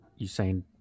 Usain